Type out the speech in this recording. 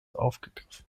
aufgegriffen